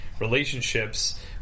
relationships